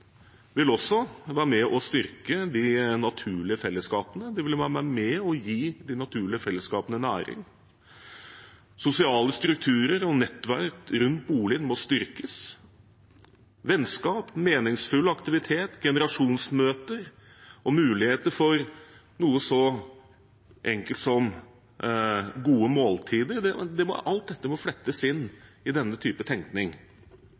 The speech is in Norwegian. vil også være med og styrke de naturlige fellesskapene, og det vil være med og gi de naturlige fellesskapene næring. Sosiale strukturer og nettverk rundt boligen må styrkes. Vennskap, meningsfull aktivitet, generasjonsmøter og mulighet for noe så enkelt som gode måltider – alt dette må flettes inn i denne typen tenkning.